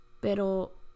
pero